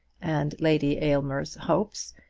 and lady aylmer's hopes,